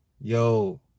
Yo